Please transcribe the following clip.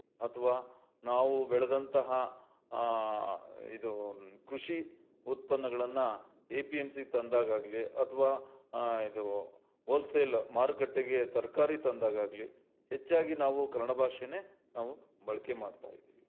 ಅಥವಾ ನಾವು ಬೆಳೆದಂತಹ ಇದು ಕೃಷಿ ಉತ್ಪನ್ನಗಳನ್ನು ಎ ಪಿ ಎಂ ಸಿಗ್ ತಂದಾಗ ಆಗಲಿ ಅಥವಾ ಇದು ಓಲ್ಸೇಲ್ ಮಾರುಕಟ್ಟೆಗೆ ತರಕಾರಿ ತಂದಾಗ ಆಗಲಿ ಹೆಚ್ಚಾಗಿ ನಾವು ಕನ್ನಡ ಭಾಷೇನೇ ನಾವು ಬಳಕೆ ಮಾಡ್ತಾ ಇದ್ದೀವಿ